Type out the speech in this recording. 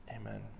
Amen